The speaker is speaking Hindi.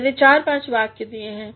मैने चार पांच वाक्य दिए हैं